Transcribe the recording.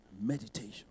Meditation